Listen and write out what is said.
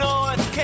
North